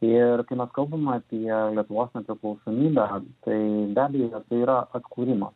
ir kai mes kalbam apie lietuvos nepriklausomybę tai be abejo tai yra atkūrimas